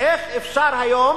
איך אפשר היום